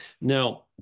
Now